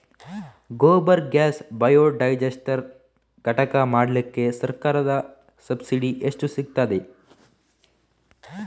Gobar gas biodigester ಘಟಕ ಮಾಡ್ಲಿಕ್ಕೆ ಸರ್ಕಾರದ ಸಬ್ಸಿಡಿ ಎಷ್ಟು ಸಿಕ್ತಾದೆ?